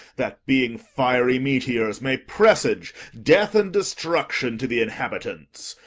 that, being fiery meteors, may presage death and destruction to the inhabitants!